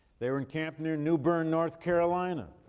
they were in camp new new bern, north carolina,